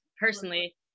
personally